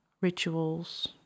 rituals